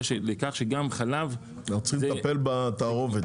לכך שגם חלב --- אנחנו צריכים לטפל בתערובת,